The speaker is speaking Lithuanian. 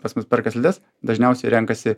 pas mus perka slides dažniausiai renkasi